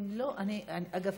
אגב,